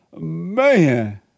Man